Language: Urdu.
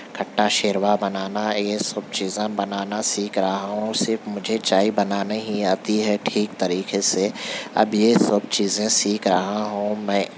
کھٹا شیروا بنانا یہ سب چیزیں بنانا سیکھ رہا ہوں صرف مجھے چائے بنانے ہی آتی ہے ٹھیک طریقے سے ابھی سب چیزیں سیکھ رہا ہوں میں